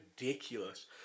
ridiculous